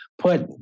put